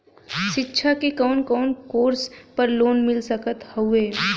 शिक्षा मे कवन कवन कोर्स पर लोन मिल सकत हउवे?